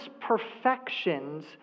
perfections